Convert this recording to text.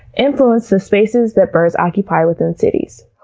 influence the spaces that birds occupy within cities.